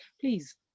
Please